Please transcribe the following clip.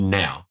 now